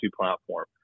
platform